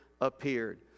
appeared